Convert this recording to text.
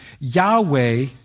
Yahweh